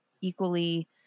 equally